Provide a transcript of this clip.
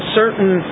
certain